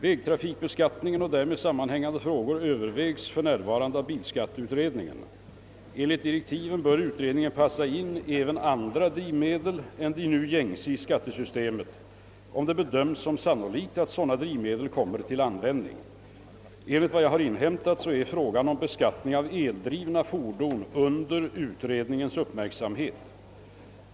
Vägtrafikbeskattningen och därmed sammanhängande frågor övervägs f.n. av bilskatteutredningen. Enligt direktiven bör utredningen passa in även andra drivmedel än de nu gängse i skattesystemet, om det bedöms som sannolikt att sådana drivmedel kommer till användning. Enligt vad jag inhämtat är frågan om beskattning av eldrivna fordon under utredningens uppmärksamhet.